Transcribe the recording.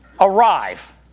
arrive